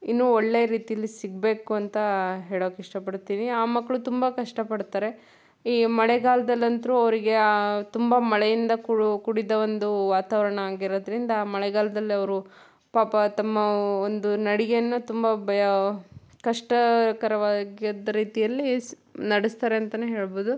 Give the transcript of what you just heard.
ಇನ್ನು ಒಳ್ಳೇ ರೀತಿಲಿ ಸಿಗಬೇಕು ಅಂತ ಹೇಳೋಕೆ ಇಷ್ಟ ಪಡ್ತೀವಿ ಆ ಮಕ್ಕಳು ತುಂಬ ಕಷ್ಟಪಡ್ತಾರೆ ಈ ಮಳೆಗಾಲದಲ್ಲಂತ್ರೂ ಅವರಿಗೆ ತುಂಬ ಮಳೆಯಿಂದ ಕೂಡಿದ ಒಂದು ವಾತಾವರಣ ಆಗಿರೋದರಿಂದ ಮಳೆಗಾಲದಲ್ಲಿ ಅವರು ಪಾಪ ತಮ್ಮ ಒಂದು ನಡಿಗೆಯನ್ನು ತುಂಬ ಬಯ ಕಷ್ಟಕರವಾಗಿದ್ದ ರೀತಿಯಲ್ಲಿ ಸ್ ನಡೆಸ್ತಾರಂತ ಹೇಳ್ಬೋದು